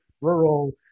rural